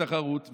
הוא הסביר,